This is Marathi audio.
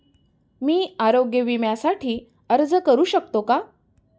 मी आरोग्य विम्यासाठी अर्ज करू शकतो का?